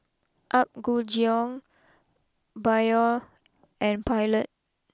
Apgujeong Biore and Pilot